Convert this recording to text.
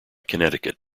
connecticut